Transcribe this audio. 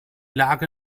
lage